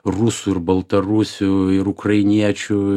rusų ir baltarusių ir ukrainiečių